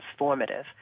transformative